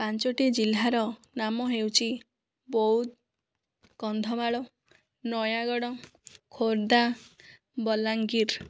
ପାଞ୍ଚଟି ଜିଲ୍ଲାର ନାମ ହେଉଛି ବଉଦ କନ୍ଧମାଳ ନୟାଗଡ଼ ଖୋର୍ଦ୍ଧା ବଲାଙ୍ଗୀର